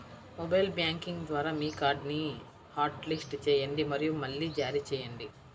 mobile banking ద్వారా మీ కార్డ్ని హాట్లిస్ట్ చేయండి మరియు మళ్లీ జారీ చేయండి